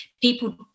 people